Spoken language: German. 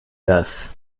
das